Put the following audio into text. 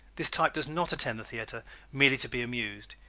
this type does not attend the theater merely to be amused.